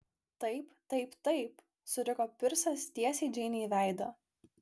taip taip taip suriko pirsas tiesiai džeinei į veidą